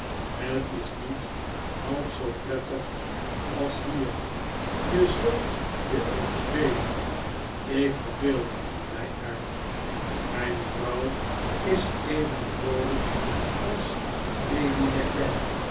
het is er niet half zoo prettig als hier je zult je er vervelen ik verveel mij er mijn vrouw is even vroolijk als lady